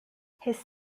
his